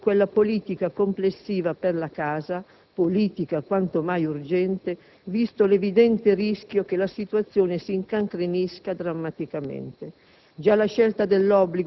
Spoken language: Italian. un primo anticipo di una politica complessiva per la casa, politica quanto mai urgente, visto l'evidente rischio che la situazione si incancrenisca drammaticamente.